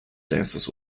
dances